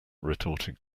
retorted